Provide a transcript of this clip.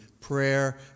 prayer